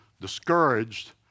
Discouraged